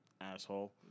asshole